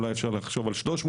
אולי אפשר לחשוב על 300,